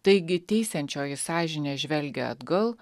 taigi teisiančioji sąžinė žvelgia atgal